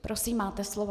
Prosím, máte slovo.